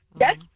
Yes